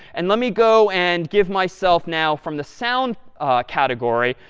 and let me go and give myself now from the sound category,